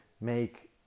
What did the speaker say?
make